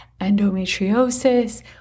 endometriosis